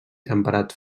temperat